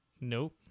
Nope